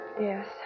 Yes